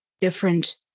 different